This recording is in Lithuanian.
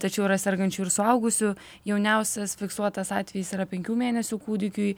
tačiau yra sergančių ir suaugusių jauniausias fiksuotas atvejis yra penkių mėnesių kūdikiui